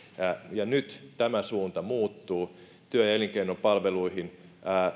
ja nyt tämä suunta muuttuu työ ja elinkeinopalveluihin